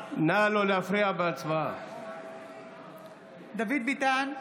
נגד דוד ביטן,